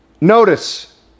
notice